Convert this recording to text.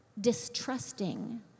distrusting